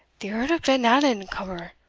the earl of glenallan, cummer!